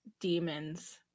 demons